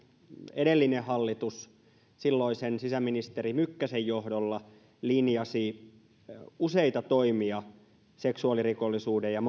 edellinen hallitus silloisen sisäministeri mykkäsen johdolla linjasi useita toimia seksuaalirikollisuuden ja